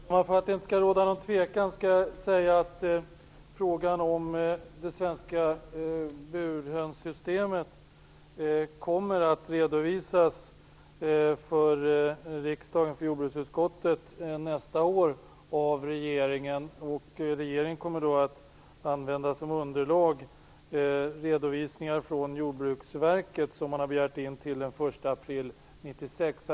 Herr talman! Bara för att det inte skall råda någon osäkerhet vill jag säga att frågan om det svenska burhönssystemet kommer att redovisas av regeringen nästa år för jordbruksutskottet. Regeringen kommer då som underlag att använda redovisningar från Jordbruksverket vilka man har begärt in till den 1 april Herr talman!